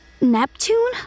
Neptune